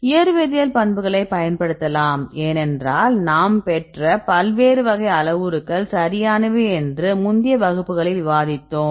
இயற்வேதியியல் பண்புகளைப் பயன்படுத்தலாம் ஏனென்றால் நாம் பெற்ற பல்வேறு வகை அளவுருக்கள் சரியானவை என்று முந்தைய வகுப்புகளில் விவாதித்தோம்